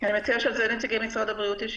אני מציעה שעל זה נציגי משרד הבריאות ישיבו.